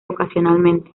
ocasionalmente